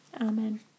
Amen